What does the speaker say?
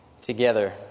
together